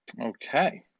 Okay